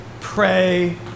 Pray